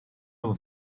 nhw